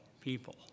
people